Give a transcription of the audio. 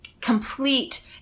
complete